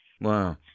Wow